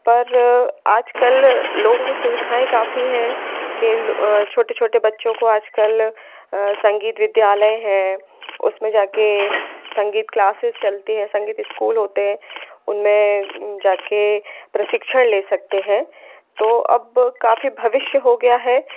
पर आजकल लोगों को सुविधाएँ काफ़ी हैं कि छोटे छोटे बच्चों को आज कल संगीत विद्यालय है उसमें जा कर संगीत क्लासेज चलती हैं संगीत स्कूल होते हैं उनमें जा कर प्रशिक्षण ले सकते हैं तो अब काफ़ी भविष्य हो गया है